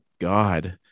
God